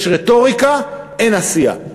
יש רטוריקה, אין עשייה.